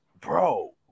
bro